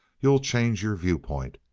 you'll change your viewpoint.